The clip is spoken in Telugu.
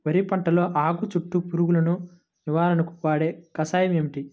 వరి పంటలో ఆకు చుట్టూ పురుగును నివారణకు వాడే కషాయం ఏమిటి?